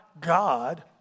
God